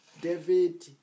David